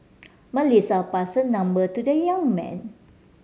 Melissa passed her number to the young man